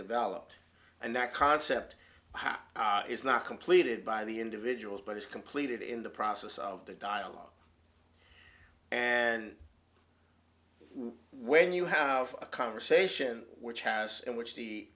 developed and that concept is not completed by the individual but is completed in the process of the dialogue and when you have a conversation which has in which the